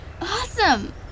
Awesome